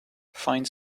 fine